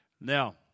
Now